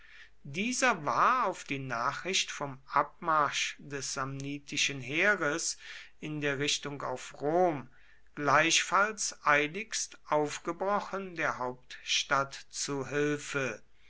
dieser war auf die nachricht vom abmarsch des samnitischen heeres in der richtung auf rom gleichfalls eiligst aufgebrochen der hauptstadt zu hilfe